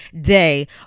day